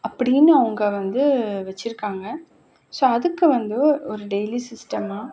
அப்படின்னு அவங்க வந்து வச்சுருக்காங்க ஸோ அதுக்கு வந்து ஒரு டெய்லி சிஸ்டமாக